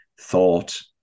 thought